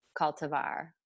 cultivar